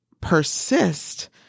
persist